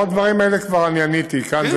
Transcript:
עברו הדברים האלה, כבר עניתי כאן.